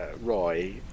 Roy